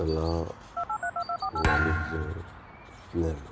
कला वाणिज्य विज्ञान